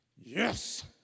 Yes